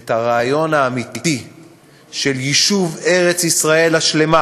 את הרעיון האמיתי של יישוב ארץ-ישראל השלמה,